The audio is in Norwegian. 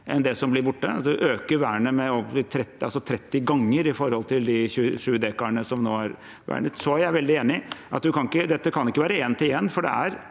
enn det som blir borte, vernet øker 30 ganger i forhold til de 27 dekarene som nå er vernet. Så er jeg veldig enig i at dette ikke kan være én-til-én, for det er